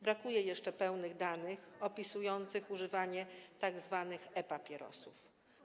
Brakuje jeszcze pełnych danych opisujących używanie tzw. e-papierosów.